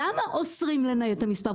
למה אוסרים לנייד את המספר?